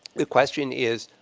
the question is,